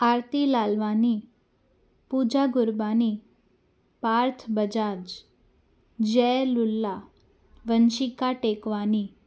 Aarti Lalwani Puja Gurbani Parth Bajaj Jai Lula Vanshika Tekwani